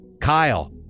Kyle